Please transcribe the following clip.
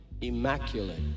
immaculate